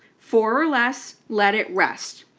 four or less, let it rest.